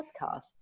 podcast